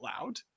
loud